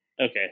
Okay